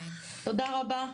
תודה רבה .